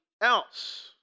else